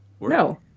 No